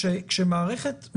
במצב שבו יש הכרזה,